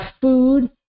food